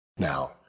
Now